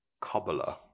cobbler